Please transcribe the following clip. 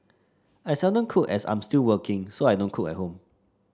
I seldom cook as I'm still working so I don't cook at home